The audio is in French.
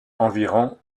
environ